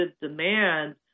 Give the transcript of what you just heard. demand